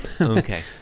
Okay